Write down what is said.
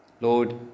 Lord